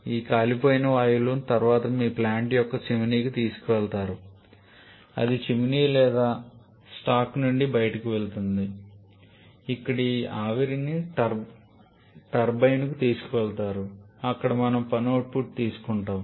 ఈ కాలిపోయిన వాయువులను తరువాత మీ ప్లాంట్ యొక్క చిమ్నీకి తీసుకువెళతారు అది చిమ్నీ లేదా స్టాక్ నుండి బయటికి వెళ్తుంది ఇక్కడ ఈ ఆవిరిని టర్బైన్కు తీసుకువెళతారు అక్కడ మనము పని అవుట్పుట్ తీసుకుంటాము